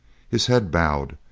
his head bowed,